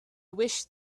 wish